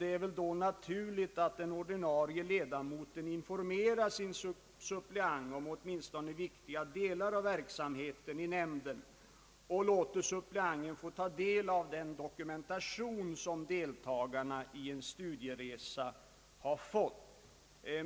Det är väl då naturligt att en ordinarie ledamot informerar sin suppleant om åtminstone viktiga delar av verksamheten i nämnden och låter honom ta del av den dokumentation som deltagarna i en studieresa har fått.